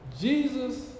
Jesus